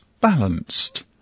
balanced